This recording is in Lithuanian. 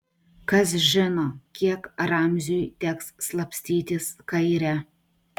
kas žino kiek ramziui teks slapstytis kaire